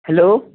hello